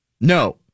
No